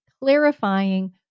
clarifying